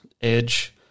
Edge